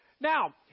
Now